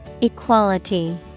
Equality